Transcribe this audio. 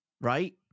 right